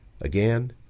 again